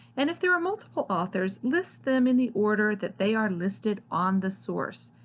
and if there are multiple authors list them in the order that they are listed on the source.